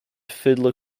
fiddler